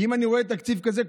כי אם אני רואה תקציב כזה,